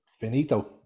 finito